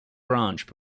branch